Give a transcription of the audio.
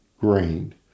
grained